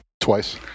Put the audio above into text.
twice